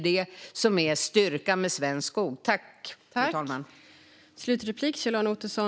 Det är styrkan med svensk skog.